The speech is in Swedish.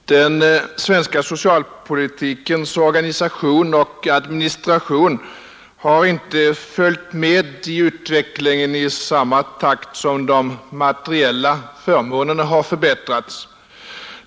Fru talman! Den svenska socialpolitikens organisation och administration har inte följt med i utvecklingen i samma takt som de materiella förmånerna har förbättrats.